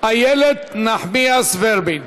אילת נחמיאס ורבין.